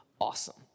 awesome